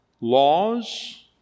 Laws